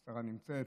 השרה נמצאת.